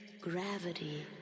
gravity